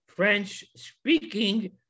French-speaking